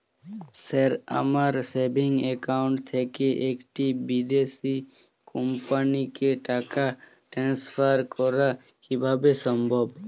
Sir আমার savings account থেকে একটি বিদেশি কোম্পানিকে টাকা ট্রান্সফার করা কীভাবে সম্ভব?